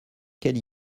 qu’elle